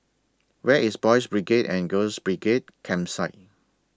Where IS Boys' Brigade and Girls' Brigade Campsite